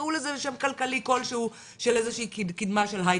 תקראו לזה שם כלכלי כלשהו של איזו שהיא קידמה של הייטק.